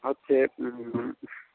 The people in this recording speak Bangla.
হচ্ছে